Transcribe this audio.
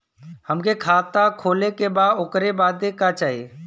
हमके खाता खोले के बा ओकरे बादे का चाही?